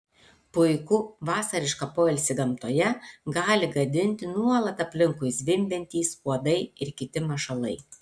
puikų vasarišką poilsį gamtoje gali gadinti nuolat aplinkui zvimbiantys uodai ir kiti mašalai